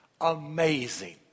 Amazing